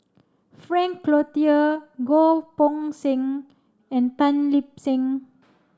Frank Cloutier Goh Poh Seng and Tan Lip Seng